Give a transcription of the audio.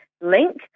link